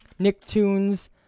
Nicktoons